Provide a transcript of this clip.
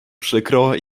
przykro